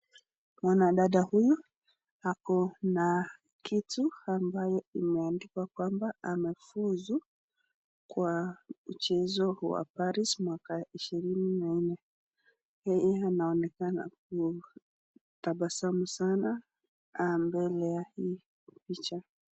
Mwanadada huyu ako na kitu ambayo imeandikwa kwamba amefuzu kwa mchezo wa Paris, mwaka ishirini na nne. Yeye anaonekana kutabasamu sana mbele ya hii picha.